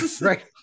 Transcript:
Right